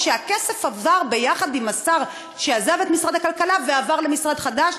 שהכסף עבר יחד עם השר שעזב את משרד הכלכלה ועבר למשרד חדש,